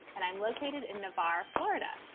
and i'm located in navarre, florida